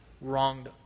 wronged